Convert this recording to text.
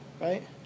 right